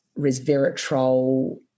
resveratrol